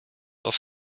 auf